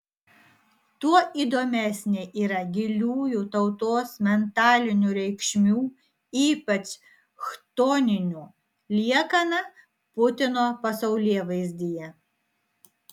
tuo įdomesnė yra giliųjų tautos mentalinių reikšmių ypač chtoninių liekana putino pasaulėvaizdyje